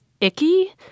icky